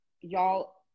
y'all